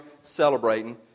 celebrating